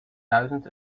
duizend